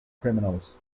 criminals